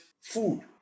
food